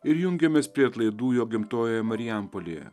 ir jungiamės prie atlaidų jo gimtojoje marijampolėje